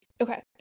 Okay